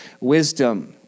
wisdom